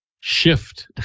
shift